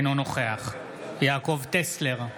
אינו נוכח יעקב טסלר,